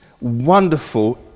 wonderful